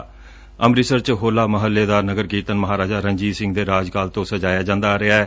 ੰਮ੍ਰਿਤਸਰ ਚ ਹੋਲਾ ਮਹੱਲੇ ਦਾ ਨਗਰ ਕੀਰਤਨ ਮਹਾਰਾਜਾ ਰਣਜੀਤ ਸਿੰਘ ਦੇ ਰਾਜ ਤੋ ਸਜਾਇਆ ਜਾਂਦਾ ਆ ਰਿਹੈ